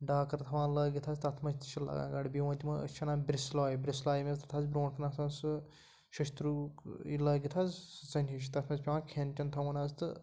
ڈاکٕر تھاوان لٲگِتھ حظ تَتھ منٛز تہِ چھِ لگان گاڈٕ بیٚیہِ ووٚن تِمو أسۍ چھِ اَنان بِرٛسلاے بِرٛسلاے تَتھ حظ برٛونٛٹھ آسان سُہ شٔشتٕروٗ یہِ لٲگِتھ حظ سٔژَنۍ ہِش تَتھ منٛز پٮ۪وان کھٮ۪ن چٮ۪ن تھاوُن حظ تہٕ